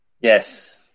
yes